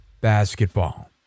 Basketball